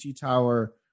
Tower